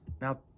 Now